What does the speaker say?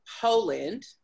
Poland